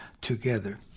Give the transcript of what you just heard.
together